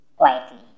quietly